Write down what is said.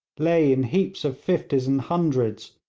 lay in heaps of fifties and hundreds,